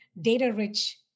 data-rich